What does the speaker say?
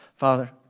Father